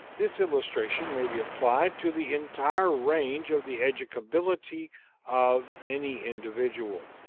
this illustration may be applied to the entire range of the educability of any individual.